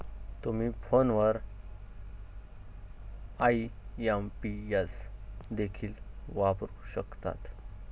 तुम्ही फोनवर आई.एम.पी.एस देखील वापरू शकता